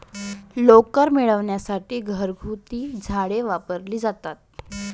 लोकर मिळविण्यासाठी घरगुती झाडे वापरली जातात